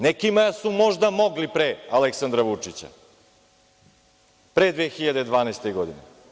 Nekima su možda mogli pre Aleksandra Vučića, pre 2012. godine.